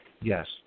Yes